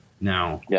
Now